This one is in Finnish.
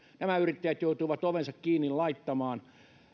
nämä yrittäjät joutuivat ovensa kiinni laittamaan